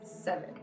Seven